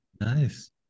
nice